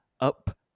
up